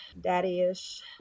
daddy-ish